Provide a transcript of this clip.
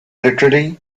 literary